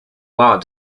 law